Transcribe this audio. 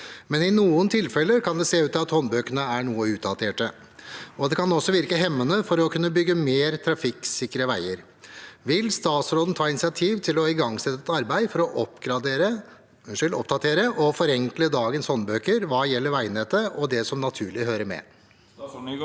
Men i noen tilfeller kan det se ut til at håndbøkene er noe utdaterte, og det kan også virke hemmende for å kunne bygge mer trafikksikre veier. Vil statsråden ta initiativ til å igangsette et arbeid for å oppdatere og forenkle dagens håndbøker hva gjelder veinettet og det som naturlig hører med?»